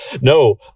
No